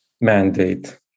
mandate